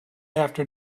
after